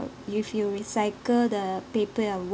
if you recycle the paper or wood